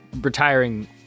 retiring